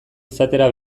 izatera